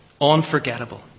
unforgettable